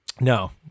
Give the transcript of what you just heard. No